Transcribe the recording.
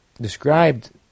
described